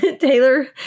Taylor